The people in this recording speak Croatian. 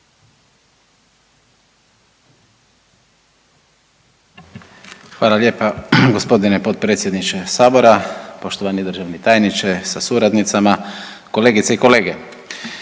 Hvala lijepa g. potpredsjedniče sabora, poštovani državni tajniče sa suradnicama, kolegice i kolege.